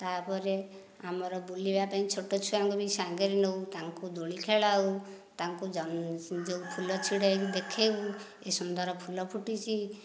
ତାପରେ ଆମର ବୁଲିବା ପାଇଁ ଛୋଟଛୁଆ ଙ୍କୁ ବି ସାଙ୍ଗରେ ନେଉ ତାଙ୍କୁ ଦୋଳି ଖେଳାଉ ତାଙ୍କୁ ଫୁଲ ଛିଣ୍ଡେଇ ଦେଖାଉ କି ସୁନ୍ଦର ଫୁଲ ଫୁଟିଛି